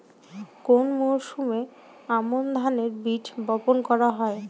কোন মরশুমে আমন ধানের বীজ বপন করা হয়?